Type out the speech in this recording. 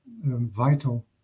vital